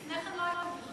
לפני כן לא היו מלחמות.